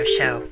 Show